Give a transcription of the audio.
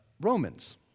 Romans